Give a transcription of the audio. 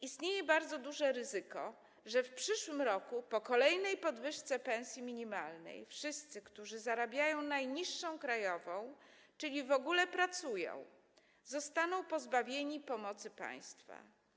Istnieje bardzo duże ryzyko, że w przyszłym roku po kolejnej podwyżce pensji minimalnej wszyscy, którzy zarabiają najniższą krajową, czyli w ogóle pracują, zostaną pozbawieni pomocy państwa.